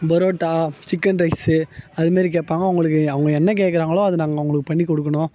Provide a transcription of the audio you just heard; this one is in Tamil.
பரோட்டோ சிக்கன் ரைஸு அதுமாரி கேட்பாங்க அவங்களுக்கு அவங்க என்ன கேட்கறாங்களோ அது நாங்கள் அவங்களுக்கு பண்ணிக் கொடுக்கணும்